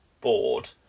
bored